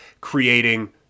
creating